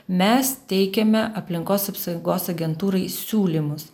mes teikiame aplinkos apsaugos agentūrai siūlymus